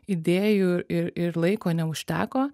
idėjų ir ir laiko neužteko